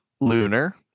lunar